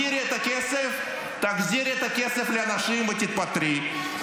תחזירי את הכסף, תחזירי את הכסף לאנשים, ותתפטרי.